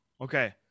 Okay